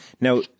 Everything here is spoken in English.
Now